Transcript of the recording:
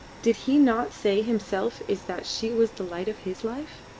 did he not say himself is that she was the light of his life?